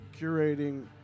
curating